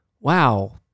wow